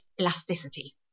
elasticity